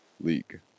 League